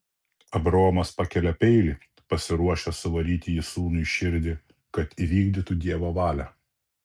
abraomas pakelia peilį pasiruošęs suvaryti jį sūnui į širdį kad įvykdytų dievo valią